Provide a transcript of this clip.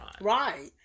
Right